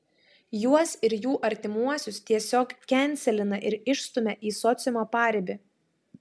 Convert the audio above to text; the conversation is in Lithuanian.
juos ir jų artimuosius tiesiog kenselina ir išstumia į sociumo paribį